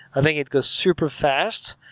i think it goes superfast.